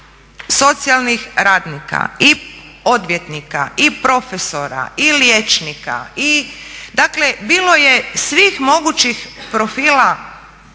socijalnih radnika, i odvjetnika, i profesora, i liječnika, dakle bilo je svih mogućih profila